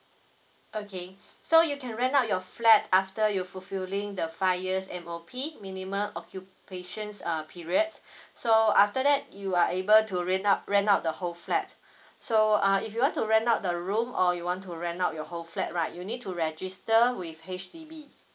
okay so you can rent out your flat after you fulfilling the five years M_O_P minimum occupancy err period so after that you are able to re~ rent out the whole flat so err if you want to rent out the room or you want to rent out your whole flat right you need to register with H_D_B